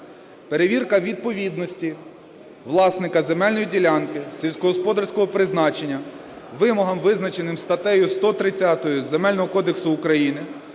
Перевірка відповідності власника земельної ділянки сільськогосподарського призначення вимогам, визначеним статтею 130